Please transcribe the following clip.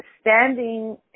standing